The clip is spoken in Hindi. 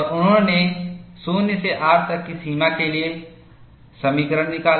और उन्होंने 0 से R तक की सीमा के लिए समीकरण निकाला